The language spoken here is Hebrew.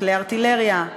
כלי ארטילריה,